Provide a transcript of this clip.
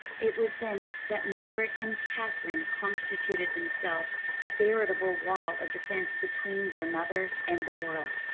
it was then that margaret and katherine constituted themselves a veritable wall of defense between their mother and the world.